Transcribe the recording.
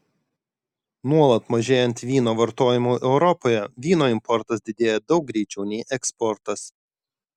nuolat mažėjant vyno vartojimui europoje vyno importas didėja daug greičiau nei eksportas